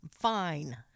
fine